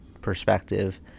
perspective